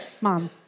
mom